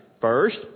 First